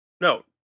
No